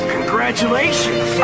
Congratulations